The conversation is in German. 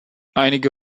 einige